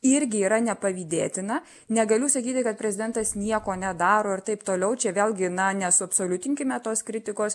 irgi yra nepavydėtina negaliu sakyti kad prezidentas nieko nedaro ir taip toliau čia vėlgi na nesuabsoliutinkime tos kritikos